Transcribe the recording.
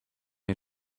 you